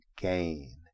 gain